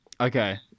Okay